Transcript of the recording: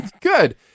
Good